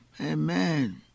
Amen